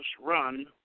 run